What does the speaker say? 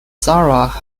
sarah